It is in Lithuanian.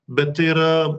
bet tai yra